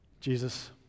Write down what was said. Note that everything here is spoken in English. Jesus